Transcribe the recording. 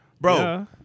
Bro